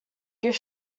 gift